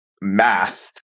math